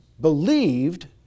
believed